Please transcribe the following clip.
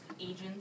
agents